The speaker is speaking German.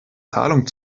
zahlung